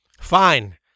Fine